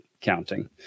counting